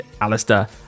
Alistair